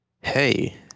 hey